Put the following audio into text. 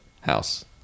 House